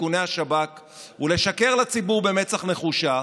איכוני השב"כ ולשקר לציבור במצח נחושה